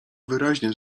wyraźnie